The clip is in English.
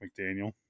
McDaniel